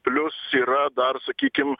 plius yra dar sakykim